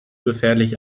gefährlich